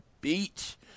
beach